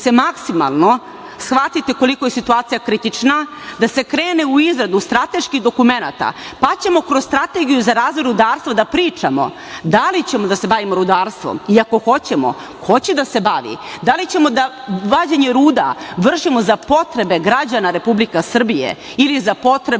maksimalno shvatite koliko je situacija kritična, da se krene u izradu strateških dokumenata pa ćemo kroz strategiju za razvoj rudarstva da pričamo da li ćemo da se bavimo rudarstvom i ako hoćemo, ko će da se bavi. Da li ćemo vađenje ruda da vršimo za potrebe građana Republike Srbije ili za potrebe